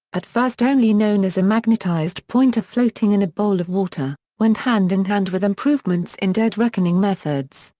at first only known as a magnetized pointer floating in a bowl of water, went hand in and hand with improvements in dead reckoning methods,